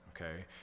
okay